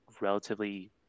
relatively